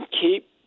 keep